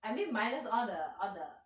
I mean minus all the all the